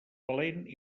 valent